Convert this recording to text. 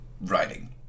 writing